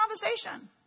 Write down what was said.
conversation